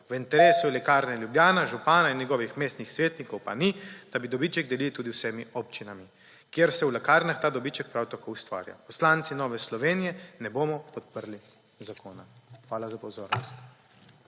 V interesu Lekarne Ljubljana, župana in njegovih mestih svetnikov pa ni, da bi dobiček delili tudi z vsemi občinami, kjer se v lekarnah ta dobiček prav tako ustvarja. Poslanci Nove Slovenije ne bomo podprli zakona. Hvala za pozornost.